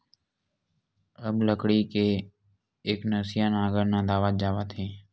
अब लकड़ी के एकनसिया नांगर नंदावत जावत हे